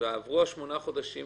ועברו שמונה חודשים,